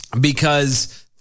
because-